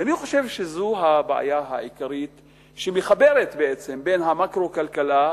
ואני חושב שזו הבעיה העיקרית שמחברת בין המקרו-כלכלה,